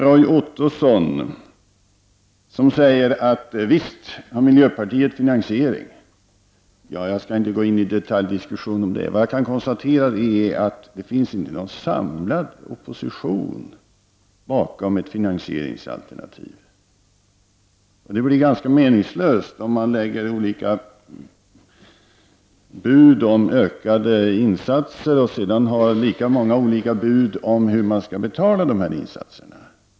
Roy Ottosson sade: Visst har miljöpartiet en finansiering i detta avseende. Jag skall dock inte gå in i en detaljdiskussion om den saken. Vad jag kan konstatera är att det inte finns någon samlad opposition bakom ett finansieringsalternativ. Det är ganska meningslöst att lägga fram olika bud när det gäller ökade insatser, om det samtidigt finns lika många bud om hur insatserna skall finansieras.